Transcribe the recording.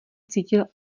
cítil